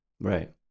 Right